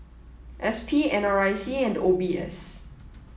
S P N R I C and O B S